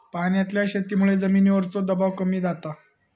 पाण्यातल्या शेतीमुळे जमिनीवरचो दबाव कमी जाता